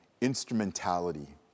instrumentality